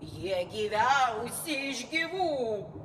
jie gyviausi iš gyvų